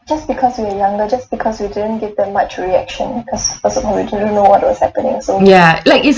ya like it's